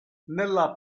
nella